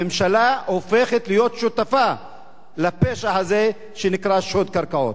הממשלה הופכת להיות שותפה לפשע הזה שנקרא שוד קרקעות,